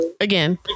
again